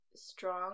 strong